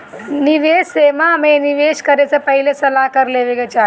निवेश सेवा में निवेश करे से पहिले सलाह कर लेवे के चाही